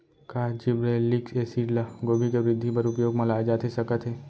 का gibberellic acid ल गोभी के वृद्धि बर उपयोग म लाये जाथे सकत हे?